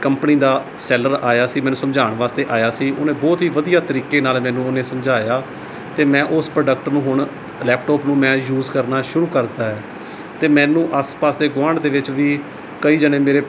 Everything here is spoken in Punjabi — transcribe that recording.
ਕੰਪਨੀ ਦਾ ਸੈਲਰ ਆਇਆ ਸੀ ਮੈਨੂੰ ਸਮਝਾਉਣ ਵਾਸਤੇ ਆਇਆ ਸੀ ਉਹਨੇ ਬਹੁਤ ਹੀ ਵਧੀਆ ਤਰੀਕੇ ਨਾਲ ਮੈਨੂੰ ਉਹਨੇ ਸਮਝਾਇਆ ਅਤੇ ਮੈਂ ਉਸ ਪ੍ਰੋਡਕਟ ਨੂੰ ਹੁਣ ਲੈਪਟੋਪ ਨੂੰ ਮੈਂ ਯੂਜ਼ ਕਰਨਾ ਸ਼ੁਰੂ ਕਰ ਦਿੱਤਾ ਹੈ ਅਤੇ ਮੈਨੂੰ ਆਸ ਪਾਸ ਦੇ ਗੁਆਂਢ ਦੇ ਵਿੱਚ ਵੀ ਕਈ ਜਾਣੇ ਮੇਰੇ